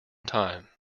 time